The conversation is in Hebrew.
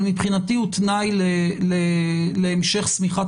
אבל מבחינתי הוא תנאי להמשך סמיכת